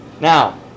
Now